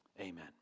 amen